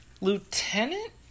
lieutenant